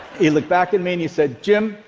he looked back at me, and he said, jim,